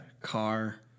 car